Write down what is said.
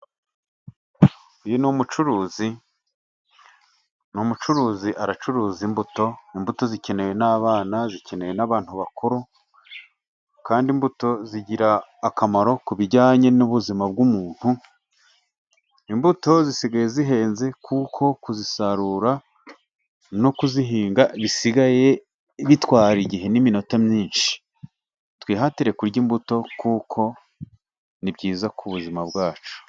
Uyu ni umucuruzi, ni umucuruzi aracuruza imbuto imbuto zikenewe n'abana, zikeneyewe n'abantu bakuru, kandi imbuto zigira akamaro ku bijyanye n'ubuzima bw'umuntu. Imbuto zisigaye zihenze kuko kuzisarura no kuzihinga bisigaye bitwara igihe n'iminota myinshi. Twihatire kurya imbuto kuko ni byiza ku buzima bwacu.